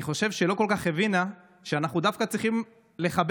אני חושב שלא כל כך הבינה שאנחנו דווקא צריכים לחבק